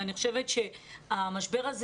אני חושבת שהמשבר הזה